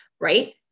right